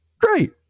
great